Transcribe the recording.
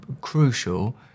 crucial